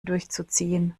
durchzuziehen